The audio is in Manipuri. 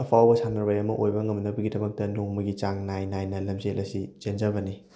ꯑꯐꯥꯎꯕ ꯁꯥꯟꯅꯔꯣꯏ ꯑꯃ ꯑꯣꯏꯕ ꯉꯝꯅꯕꯒꯤꯗꯃꯛꯇ ꯅꯣꯡꯃꯒꯤ ꯆꯥꯡ ꯅꯥꯏ ꯅꯥꯏꯅ ꯂꯦꯝꯖꯦꯜ ꯑꯁꯤ ꯆꯦꯟꯖꯕꯅꯤ